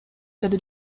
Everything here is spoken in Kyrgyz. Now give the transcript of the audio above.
деди